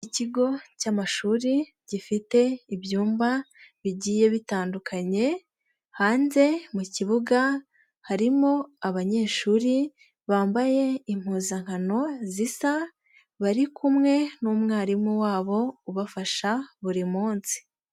Ikigo cy'amashuri gifite ibyumba bigiye bitandukanye, hanze mu kibuga harimo abanyeshuri bambaye impuzankano zisa bari kumwe n'umwarimu wabo ubafasha buri munsi.